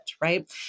right